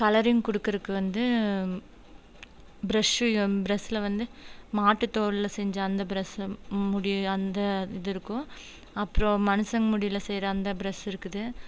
colouring கொடுக்குறதுக்கு வந்து brush ப்ரெஸில் வந்து மாட்டு தோலில் செஞ்ச அந்த ப்ரெஸ் முடி அந்த இது இருக்கும் அப்புறம் மனுஷன் முடியில் செய்கிற அந்த ப்ரெஸ் இருக்குது